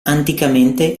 anticamente